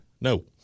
No